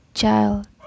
Child